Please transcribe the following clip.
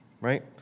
Right